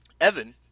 Evan